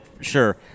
sure